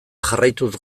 jarraituz